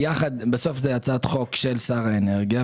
בסוף זאת הצעת חוק של שר האנרגיה,